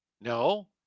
No